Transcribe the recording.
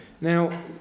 Now